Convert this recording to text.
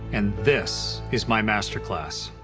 and this is my masterclass.